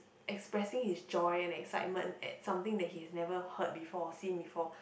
expressing his joy and excitement at something that he's never heard before or seen before